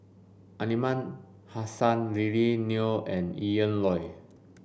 Aliman Hassan Lily Neo and Ian Loy